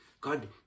God